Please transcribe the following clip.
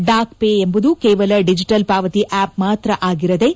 dock Pay ಎಂಬುದು ಕೇವಲ digital ಪಾವತಿ ಆಫ್ ಮಾತ್ರ ಆಗಿರದೇ